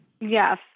Yes